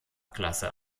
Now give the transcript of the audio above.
klasse